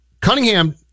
Cunningham